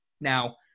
Now